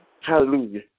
Hallelujah